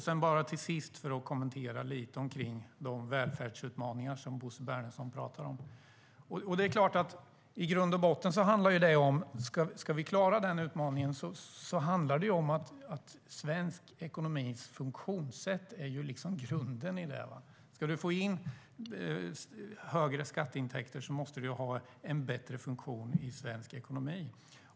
Sedan ska jag bara kommentera de välfärdsutmaningar som Bo Bernhardsson pratar om. Ska vi klara de utmaningarna är svensk ekonomis funktionssätt grunden. Ska du få in högre skatteintäkter måste du ha en bättre funktion i svensk ekonomi.